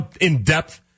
in-depth